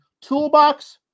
Toolbox